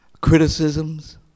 Criticisms